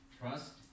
trust